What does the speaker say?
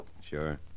Sure